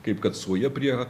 kaip kad suoja prie